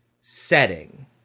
setting